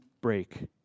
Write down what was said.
break